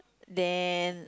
then